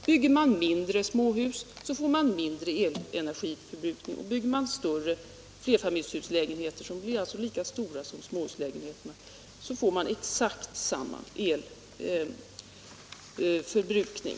Bygger man mindre småhus får man mindre elenergiförbrukning, bygger man större flerfamiljshuslägenheter — lika stora som småhuslägenheterna — får man samma energiförbrukning.